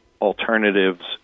alternatives